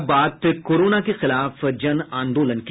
और अब बात कोरोना के खिलाफ जनआंदोलन की